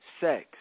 sex